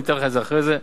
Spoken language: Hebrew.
אני אתן לך את זה אחרי זה.